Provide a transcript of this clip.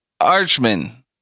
Archman